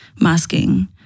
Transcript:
masking